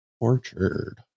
Orchard